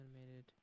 Animated